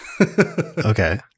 Okay